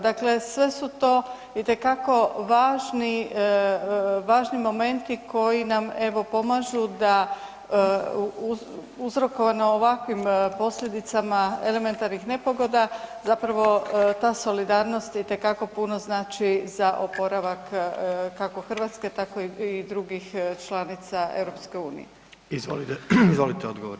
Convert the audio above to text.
Dakle, sve su to itekako važni, važni momenti koji nam evo pomažu da uzrokovani ovakvim posljedicama elementarnih nepogoda zapravo ta solidarnost itekako puno znači za oporavak kako Hrvatske tako i drugih članica EU.